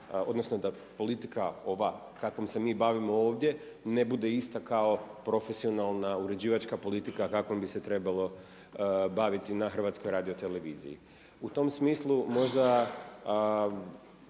odnosno da politika ova kakvom se mi bavimo ovdje ne bude ista kao profesionalna uređivačka politika kakvom bi se trebalo baviti na HRT-u. U tom smislu možda,